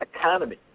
economy